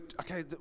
okay